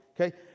Okay